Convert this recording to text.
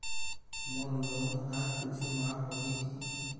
मोर loan हा कुछू माफ होही की?